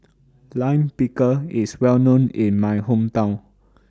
Lime Pickle IS Well known in My Hometown